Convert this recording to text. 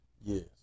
yes